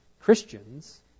Christians